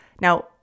Now